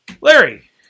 Larry